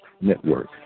Network